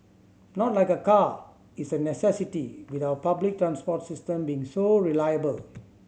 not like a car is a necessity with our public transport system being so reliable